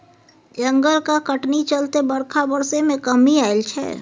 जंगलक कटनी चलते बरखा बरसय मे कमी आएल छै